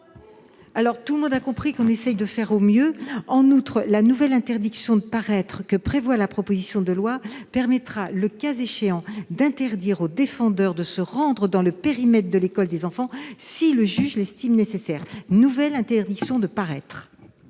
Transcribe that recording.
Alors, tout le monde a compris qu'on essaye de faire au mieux ! Cela étant dit, la nouvelle interdiction de paraître que prévoit la proposition de loi permettra, le cas échéant, d'interdire au défendeur de se rendre dans le périmètre de l'école des enfants si le juge l'estime nécessaire. C'est donc un avis défavorable.